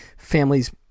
Families